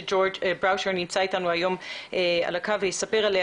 שג'ורג' בראושר שנמצא אתנו על הקו יספר עליה,